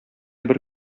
бер